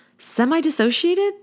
semi-dissociated